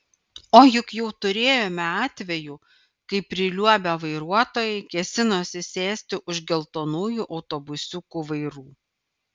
o juk jau turėjome atvejų kai priliuobę vairuotojai kėsinosi sėsti už geltonųjų autobusiukų vairų